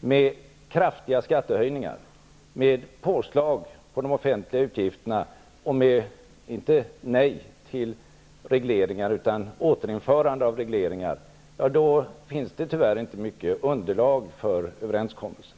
med kraftiga skattehöjningar, med påslag på de offentliga utgifterna och inte nej till regleringar utan återinförande av regleringar, då finns det tyvärr inte mycket underlag för en överenskommelse.